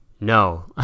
no